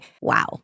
wow